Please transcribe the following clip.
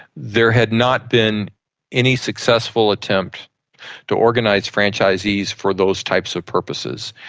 there had not been any successful attempt to organise franchisees for those types of purposes.